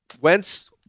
Wentz